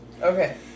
Okay